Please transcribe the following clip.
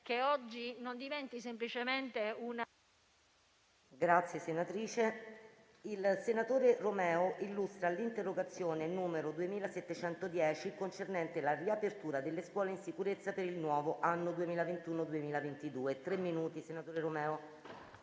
che oggi non diventi semplicemente...